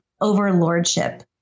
overlordship